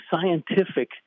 scientific